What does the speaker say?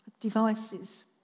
devices